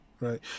right